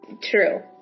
True